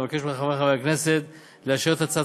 אבקש מחברי חברי הכנסת לאשר את הצעת